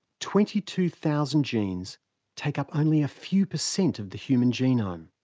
twenty two thousand genes take up only a few percent of the human genome.